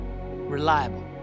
reliable